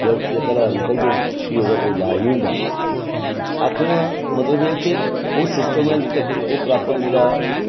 फिर एह् घरा उट्ठियै निकलदे ते फिर नेईं एह्दा कोई लाज होंदा आखने दा मतलब एह् ऐ कि ओह् सिस्टम हल्ली तगर ओह् प्रॉपर जेह्ड़ा